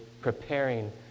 preparing